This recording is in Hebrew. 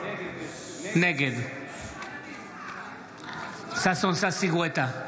נגד ששון ששי גואטה,